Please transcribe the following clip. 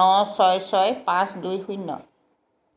ন ছয় ছয় পাঁচ দুই শূন্য